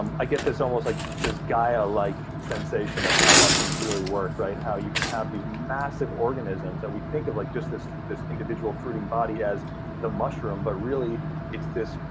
um i get this almost, like this gaia-like sensation of how mushrooms really work, right? how you can have these massive organisms that we think of like just this this individual fruiting body as the mushroom. but really it's this,